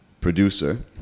producer